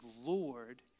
Lord